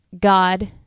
God